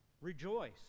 Rejoice